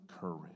courage